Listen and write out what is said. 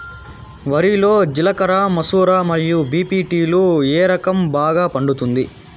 వరి లో జిలకర మసూర మరియు బీ.పీ.టీ లు ఏ రకం బాగా పండుతుంది